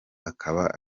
akaba